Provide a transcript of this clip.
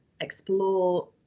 explore